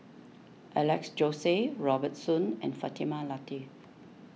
Alex Josey Robert Soon and Fatimah Lateef